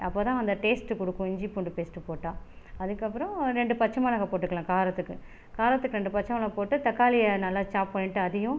அப்போதான் அந்த டேஸ்ட்டு கொடுக்கும் இஞ்சி பூண்டு பேஸ்டு போட்டால் அதுக்கப்புறம் ரெண்டு பச்சை மிளகாய் போட்டுக்கலாம் காரத்துக்கு காரத்துக்கு ரெண்டு பச்சை மிளகாய் போட்டு தக்காளிய நல்லா சாப் பண்ணிட்டு அதையும்